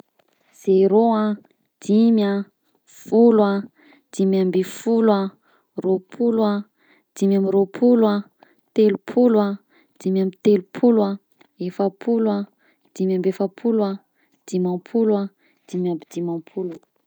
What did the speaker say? Zero a, dimy a, folo a, dimy amby folo a, roapolo a, dimy amby roapolo a, telopoloa, dimy amby telopolo a, efapolo a, dimy amby efapolo a, dimampolo a, dimy amby dimampolo